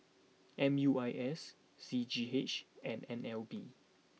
M U I S C G H and N L B